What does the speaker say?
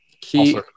key